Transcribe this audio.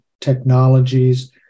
technologies